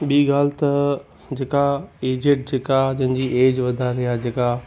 ॿी ॻाल्हि त जेका एजेंट जेका जंहिंजी एज वधारे आहे जेका